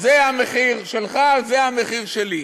זה המחיר שלך, זה המחיר שלי.